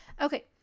Okay